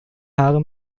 haare